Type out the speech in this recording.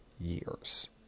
years